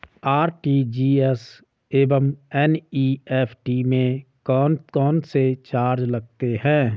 RTGS एवं NEFT में कौन कौनसे चार्ज लगते हैं?